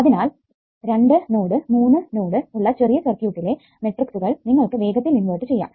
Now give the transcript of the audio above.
അതിനാൽ 2 node 3 node ഉള്ള ചെറിയ സർക്യൂട്ടിലെ മെട്രിക്സ്സുകൾ നിങ്ങൾക്ക് വേഗത്തിൽ ഇൻവെർട്ട് ചെയ്യാം